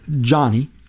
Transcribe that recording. Johnny